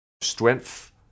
Strength